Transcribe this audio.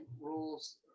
rules